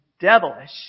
Devilish